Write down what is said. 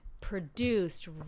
produced